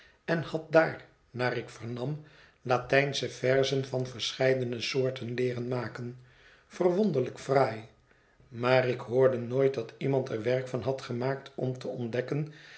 en had daar naar ik vernam latijnsche verzen van verscheidene soorten leeren maken verwonderlijk fraai maar ik hoorde nooit dat iemand er werk van had gemaakt om te ontdekken